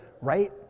right